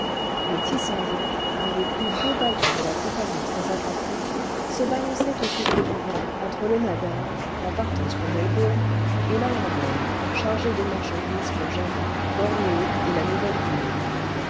le tissandiee un des plus beaux ballons de la compagnie transatlantique se balançait au souffle du vent entre le nadae en partance pour melbourne et la landelle chargée de marchandises pour java bornéo et la nouvelle guinée